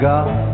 God